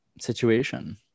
situation